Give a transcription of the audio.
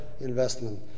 investment